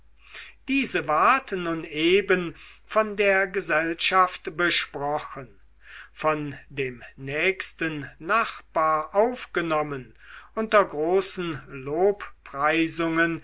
diese ward nun eben von der gesellschaft besprochen von dem nächsten nachbar aufgenommen unter großen